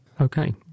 Okay